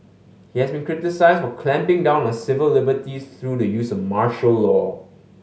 he has been criticised for clamping down on civil liberties through the use of the martial law